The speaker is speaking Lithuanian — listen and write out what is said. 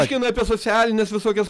aiškina apie socialines visokias